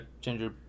ginger